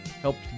helped